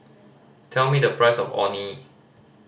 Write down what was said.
tell me the price of Orh Nee